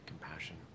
compassion